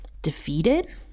defeated